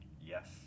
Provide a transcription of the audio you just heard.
Yes